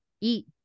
eat